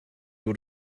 door